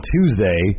Tuesday